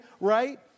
right